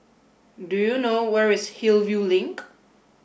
do you know where is Hillview Link